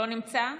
לא נמצא.